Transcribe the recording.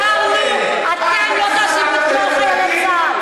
דיברנו, אתם לא תאשימו את כל חייל צה"ל.